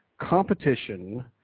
competition